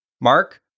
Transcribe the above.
Mark